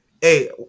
hey